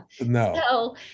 No